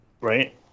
Right